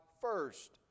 first